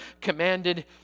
commanded